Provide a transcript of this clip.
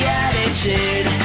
attitude